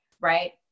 right